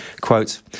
Quote